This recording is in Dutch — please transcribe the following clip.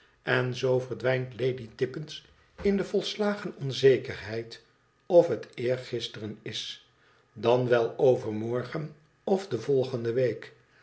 en zoo verdwijnt ladytippins in de volslagen onzekerheid of het eergisteren is dan wel overmorgen of de volgende week